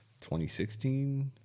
2016